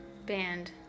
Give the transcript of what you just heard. band